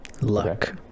luck